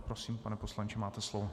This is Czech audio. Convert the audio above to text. Prosím, pane poslanče, máte slovo.